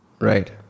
Right